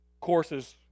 courses